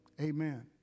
Amen